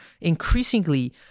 increasingly